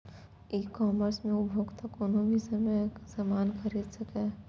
ई commerce मे उपभोक्ता कोनो भी समय सामान खरीद सकैए